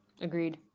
Agreed